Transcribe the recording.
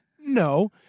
No